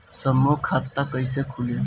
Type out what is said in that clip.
समूह खाता कैसे खुली?